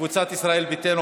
קבוצת סיעת ישראל ביתנו,